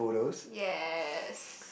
yes